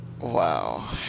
Wow